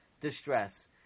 distress